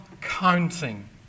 counting